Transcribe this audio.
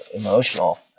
emotional